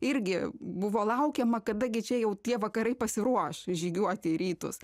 irgi buvo laukiama kada gi čia jau tie vakarai pasiruoš žygiuoti į rytus